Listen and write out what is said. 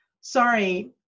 sorry